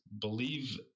believe